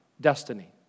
destiny